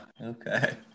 okay